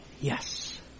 yes